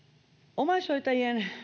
omaishoitajien